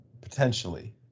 potentially